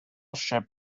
ship